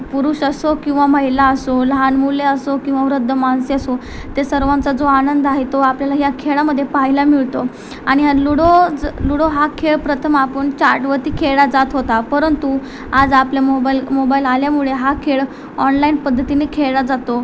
पुरुष असो किंवा महिला असो लहान मुले असो किंवा वृद्ध माणसे असो त्या सर्वांचा जो आनंद आहे तो आपल्याला ह्या खेळामध्ये पाहायला मिळतो आणि हा लुडो ज लुडो हा खेळ प्रथम आपण चाडवरती खेळला जात होता परंतु आज आपले मोबाईल मोबाईल आल्यामुळे हा खेळ ऑनलाईन पद्धतीने खेळला जातो